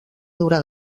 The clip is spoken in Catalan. durar